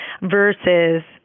versus